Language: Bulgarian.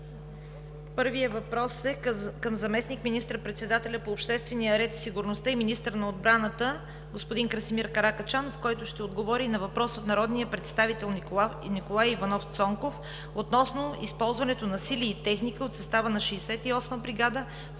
Първият въпрос е към заместник министър-председателя по обществения ред и сигурността и министър на отбраната господин Красимир Каракачанов, който ще отговори на въпрос от народния представител Николай Иванов Цонков относно използването на сили и техника от състава на 68-а бригада в